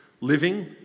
living